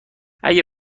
اگه